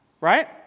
right